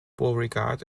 beauregard